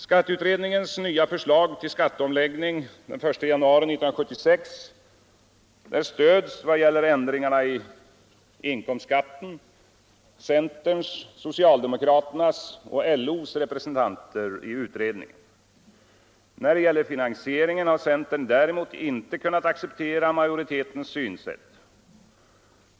Skatteutredningens nya förslag till skatteomläggning den 1 januari 1976 stöds i vad gäller ändringarna i inkomstskatten av centerns, socialdemokraternas och LO:s representanter i utredningen. När det gäller finansieringen har centern däremot inte kunnat acceptera majoritetens synsätt.